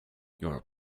your